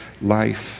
life